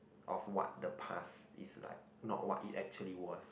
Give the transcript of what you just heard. of what the past is like not what it actually was